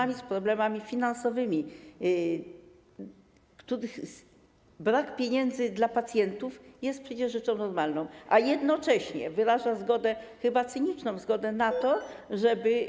Boryka się z problemami finansowymi - brak pieniędzy dla pacjentów jest przecież rzeczą normalną - a jednocześnie wyraża zgodę, chyba cyniczną zgodę, na to, żeby